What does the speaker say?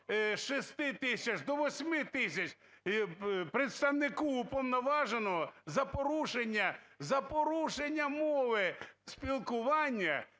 з 6 тисяч до 8 тисяч представнику уповноваженого за порушення мови спілкування,